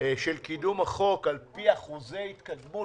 של קידום החוק על פי אחוזי התקדמות.